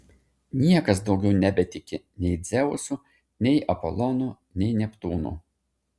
niekas daugiau nebetiki nei dzeusu nei apolonu nei neptūnu